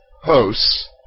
hosts